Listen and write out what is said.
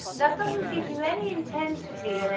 that doesn't give you any intensity